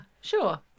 sure